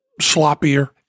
sloppier